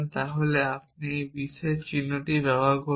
তাহলে আপনি একটি বিশেষ চিহ্ন ব্যবহার করুন